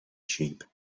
sheep